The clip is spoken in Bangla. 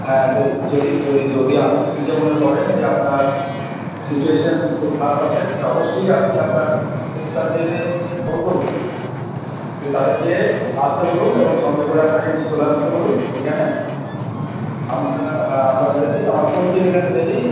হ্যাঁ যদি যদি যদি যদি আপনি নিজে মনে করেন যে আপনার সিচুয়েশান খুব খারাপ আছে তাহলে অবশ্যই আপনি আপনার বন্ধু সার্কেলে খবর করুন দিয়ে তাদেরকে আসতে বলুন এবং সঙ্গে করে আপনাকে নিয়ে চলে আসতে বলুন এখানে আমরা হ্যাঁ আমরা রয়েছি আমার ফুল টিম এখানে রেডি